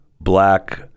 black